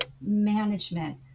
management